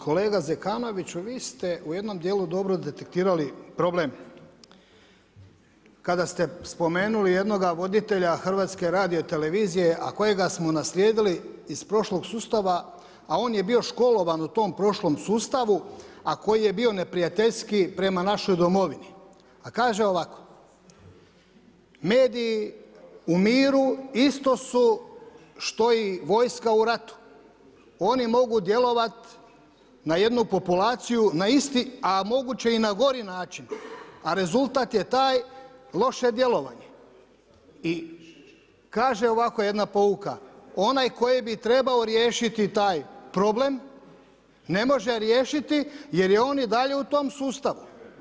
Kolega Zekanoviću vi ste u jednom dijelu dobro detektirali problem kada ste spomenuli jednoga voditelja Hrvatske radiotelevizije, a kojega smo naslijedili iz prošlog sustava, a on je bio školovan u tom prošlom sustavu, a koji je bio neprijateljski prema našoj Domovini, a kaže ovako: „Mediji u miru isto su što i vojska u ratu, oni mogu djelovat na jednu populaciju na isti, a moguće i na gori način a rezultat je taj loše djelovanje.“ I kaže ovako jedna pouka onaj koji bi trebao riješiti taj problem ne može riješiti, jer je on i dalje u tom sustavu.